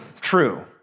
true